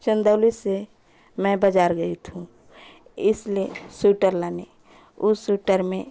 चन्दौली से मैं बाजार गई थी इसलिए स्वीटर लाने उस स्वीटर में